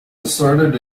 asserted